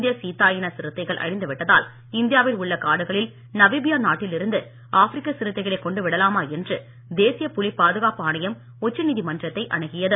இந்திய சீத்தா இன சிறுத்தைகள் அழிந்து விட்டதால் இந்தியாவில் உள்ள காடுகளில் நவிபீயா நாட்டில் இருந்து ஆப்பிரிக்க சிறுத்தைகளை கொண்டு விடலாமா என்று தேசிய புலி பாதுகாப்பு ஆணையம் உச்சநீதிமன்றத்தை அணுகியது